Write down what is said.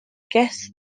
guess